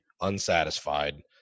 unsatisfied